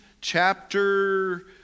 chapter